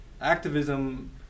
Activism